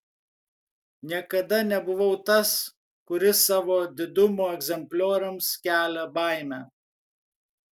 niekada nebuvau tas kuris savo didumo egzemplioriams kelia baimę